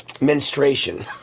menstruation